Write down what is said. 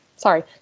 Sorry